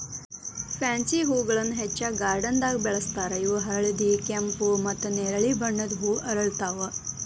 pansy ಹೂಗಳನ್ನ ಹೆಚ್ಚಾಗಿ ಗಾರ್ಡನ್ದಾಗ ಬೆಳೆಸ್ತಾರ ಇವು ಹಳದಿ, ಕೆಂಪು, ಮತ್ತ್ ನೆರಳಿ ಬಣ್ಣದ ಹೂ ಅರಳ್ತಾವ